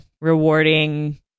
rewarding